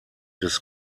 des